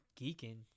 geeking